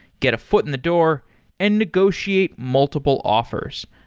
get a foot in the door and negotiate multiple offers.